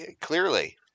Clearly